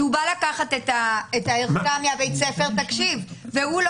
הוא בא לקחת את הערכה מבית הספר והוא לא